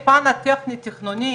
בשלב התכנוני